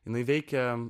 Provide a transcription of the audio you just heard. jinai veikia